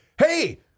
Hey